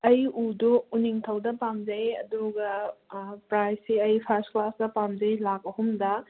ꯑꯩ ꯎꯗꯣ ꯎꯅꯤꯡꯊꯧꯗ ꯄꯥꯝꯖꯩ ꯑꯗꯨꯒ ꯄ꯭ꯔꯥꯏꯁꯁꯦ ꯑꯩ ꯐꯥꯔꯁ ꯀ꯭ꯂꯥꯁꯇ ꯄꯥꯝꯖꯩ ꯂꯥꯛ ꯑꯍꯨꯝꯗ